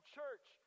church